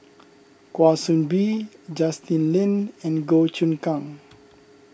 Kwa Soon Bee Justin Lean and Goh Choon Kang